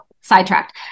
sidetracked